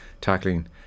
tackling